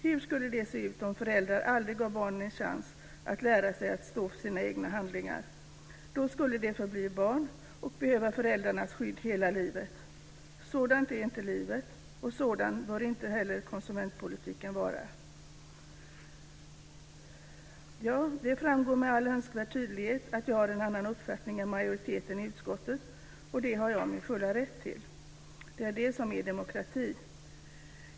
Hur skulle det se ut om föräldrar aldrig gav barnen en chans att lära sig att stå för sina egna handlingar? Då skulle de förbli barn och behöva föräldrarnas skydd hela livet. Sådant är inte livet, och sådan bör inte heller konsumentpolitiken vara. Ja, det framgår med all önskvärd tydlighet att jag har en annan uppfattning än majoriteten i utskottet, och det är jag i min fulla rätt till. Det är det som är demokrati.